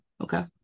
okay